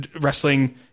wrestling